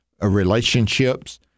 relationships